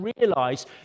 realise